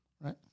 right